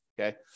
Okay